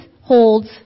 holds